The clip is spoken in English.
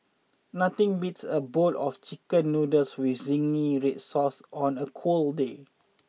nothing beats a bowl of chicken noodles with zingy red sauce on a cold day